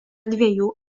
dviejų